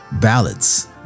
ballads